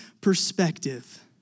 perspective